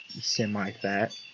semi-fat